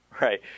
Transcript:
right